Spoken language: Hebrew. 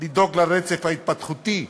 לדאוג לרצף ההתפתחותי?